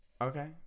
okay